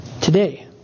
today